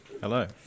Hello